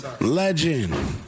Legend